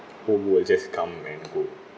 whom will just come and go